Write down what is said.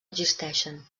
existeixen